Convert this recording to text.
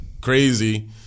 crazy